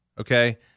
Okay